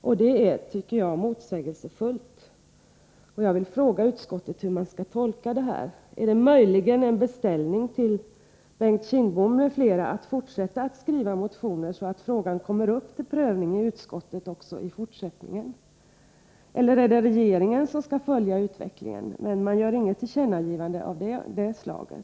Jag tycker att det är ett motsägelse fullt uttalande. Jag vill fråga utskottets representanter hur detta skall tolkas. Är det möjligen en beställning till Bengt Kindbom m.fl. att fortsätta att skriva motioner, så att frågan kommer upp till prövning i utskottet också i fortsättningen? Eller är det regeringen som skall följa utvecklingen? Det görs dock inget tillkännagivande av det slaget.